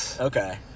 Okay